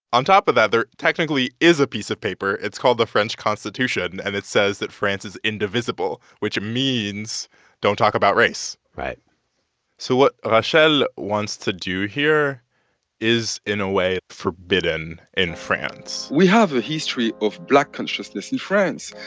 on top of that, there, technically, is a piece of paper. it's called the french constitution. and it says that france is indivisible, which means don't talk about race right so what rachel wants to do here is, in a way, forbidden in france we have a history of black consciousness in france.